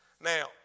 Now